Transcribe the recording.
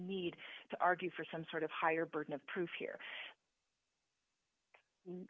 need to argue for some sort of higher burden of proof here